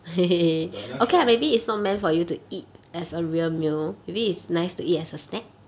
don't know I never tried lah